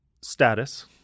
status